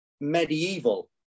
medieval